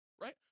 Right